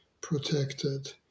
protected